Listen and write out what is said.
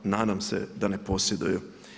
Nadam se da ne posjeduju.